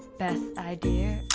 then idea